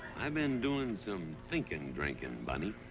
i've been doing some thinking drinking, bunny.